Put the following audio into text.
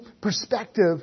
perspective